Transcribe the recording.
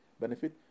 benefit